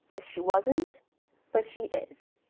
if she wasn't but she is.